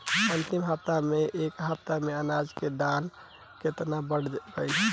अंतिम हफ्ता से ए हफ्ता मे अनाज के दाम केतना बढ़ गएल?